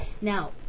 Now